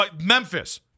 Memphis